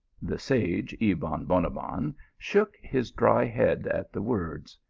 the sage ebon bonabbon shook his dry head at the words.